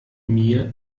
mir